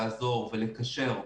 לעזור ולקשר.